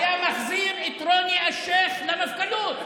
והיה מחזיר את רוני אלשיך למפכ"לות.